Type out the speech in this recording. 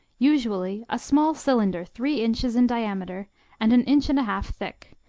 usually a small cylinder three inches in diameter and an inch-and-a-half thick,